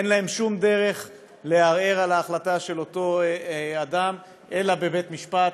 אין להם שום דרך לערער על ההחלטה של אותו אדם אלא בבית-משפט.